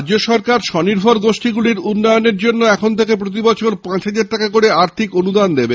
রাজ্য সরকার স্বনির্ভর গোষ্ঠীগুলির উন্নয়নে এখন থেকে প্রতি বছর পাঁচ হাজার টাকা করে আর্থিক অনুদান দেবে